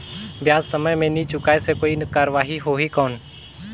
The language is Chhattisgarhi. ब्याज समय मे नी चुकाय से कोई कार्रवाही होही कौन?